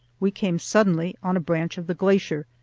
we came suddenly on a branch of the glacier,